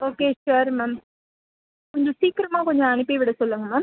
okay sure ma'am கொஞ்சம் சீக்கிரமாக கொஞ்சம் அனுப்பிவிட சொல்லுங்கள் மேம்